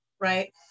right